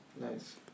Nice